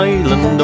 Island